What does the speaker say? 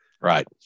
Right